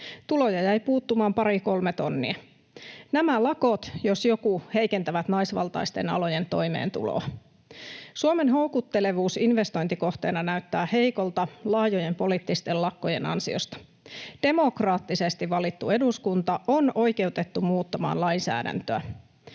tuloja jäi puuttumaan pari kolme tonnia. Nämä lakot, jos joku, heikentävät naisvaltaisten alojen toimeentuloa. Suomen houkuttelevuus investointikohteena näyttää heikolta laajojen poliittisten lakkojen ansiosta. Demokraattisesti valittu eduskunta on oikeutettu muuttamaan lainsäädäntöä.